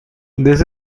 this